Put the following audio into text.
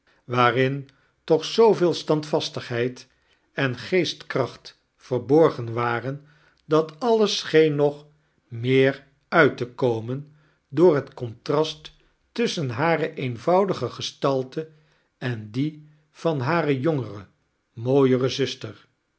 waarin toch zooveel standvastigheid en geestkracht verfoorgen warm dat alles scheen nog meer uit te komein door het comferast tusschen hare eenvoudige gestalte en die van hare jongere mooiere zuster